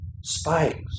spikes